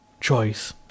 choice